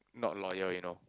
not loyal you know